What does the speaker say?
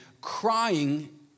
crying